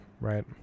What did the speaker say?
right